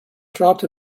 dropped